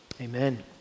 Amen